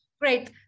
great